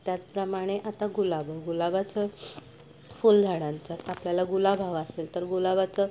त्याचप्रमाणे आता गुलाब गुलाबाचं फुल झाडांचा आपल्याला गुलाब हवा असेल तर गुलाबाचं